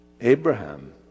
Abraham